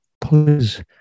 Please